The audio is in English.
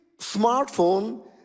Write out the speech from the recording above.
smartphone